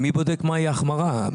מי בודק מהי החמרה?